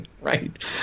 right